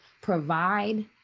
provide